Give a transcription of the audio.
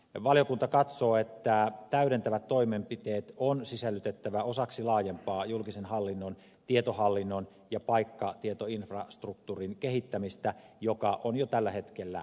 valiokunta katsoo että täydentävät toimenpiteet on sisällytettävä osaksi laajempaa julkisen hallinnon tietohallinnon ja paikkatietoinfrastruktuurin kehittämistä joka on jo tällä hetkellä vireillä